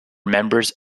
members